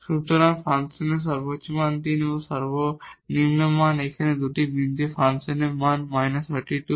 সুতরাং ফাংশনের ম্যাক্সিমা মান 3 এবং মিনিমা মান এখানে এই দুটি বিন্দুতে বা ফাংশনের মান −32